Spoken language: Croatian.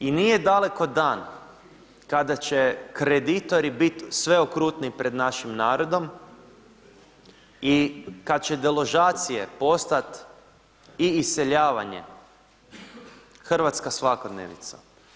I nije daleko dan kada će kreditori biti sve okrutniji pred našim narodom i kad će deložacije postati i iseljavanje hrvatska svakodnevnica.